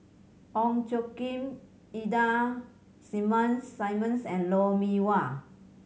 Ong Tjoe Kim Ida Simmons and Lou Mee Wah